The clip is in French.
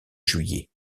juillet